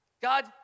God